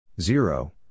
Zero